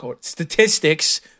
statistics